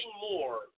more